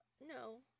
No